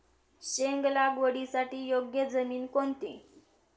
शेंग लागवडीसाठी योग्य जमीन कोणती?